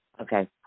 Okay